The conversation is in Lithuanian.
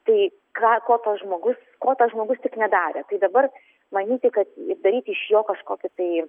tai ką ko tas žmogus ko tas žmogus tik nedarė tai dabar manyti kad daryti iš jo kažkokį tai